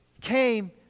came